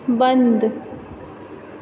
बन्द